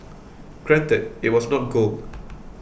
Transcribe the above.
granted it was not gold